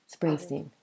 Springsteen